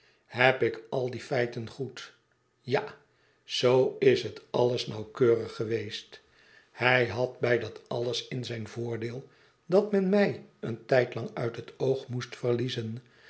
heb ik al die feiten goed ja zoo b het alles nauwkeuiïg geweest hij had bij dat aues in zijn voordeel dat men mij een tijdlang uit het oog moest verliezen